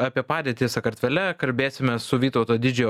apie padėtį sakartvele kalbėsime su vytauto didžiojo